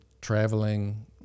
traveling